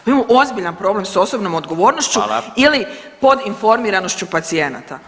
Mi imamo ozbiljan problem s osobnom odgovornošću [[Upadica Radin: Hvala.]] ili pod informiranošću pacijenata.